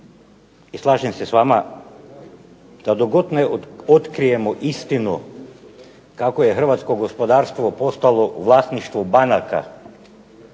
i slažem se s vama da dok god ne otkrijemo istinu kako je hrvatsko gospodarstvo postalo u vlasništvu banaka,